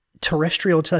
terrestrial